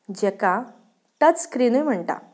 जेका टच स्क्रिनूय म्हणटात